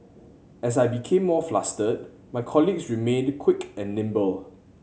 as I became more flustered my colleagues remained quick and nimble